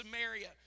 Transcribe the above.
Samaria